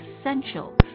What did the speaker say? essential